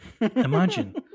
imagine